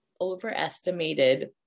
overestimated